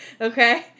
Okay